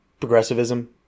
Progressivism